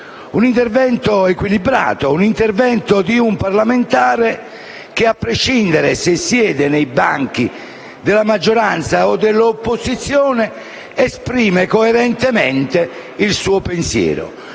un intervento equilibrato di un parlamentare che, a prescindere che sieda nei banchi della maggioranza o dell'opposizione, esprime coerentemente il suo pensiero.